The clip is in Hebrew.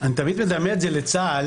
אני תמיד מדמה את זה לצה"ל,